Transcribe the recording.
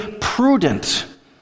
prudent